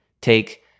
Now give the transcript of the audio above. take